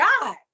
god